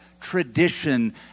tradition